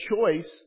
choice